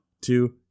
two